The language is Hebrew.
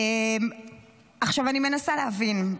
עכשיו, אני מנסה להבין,